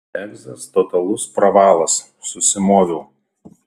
egzas totalus pravalas susimoviau